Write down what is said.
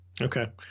okay